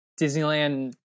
Disneyland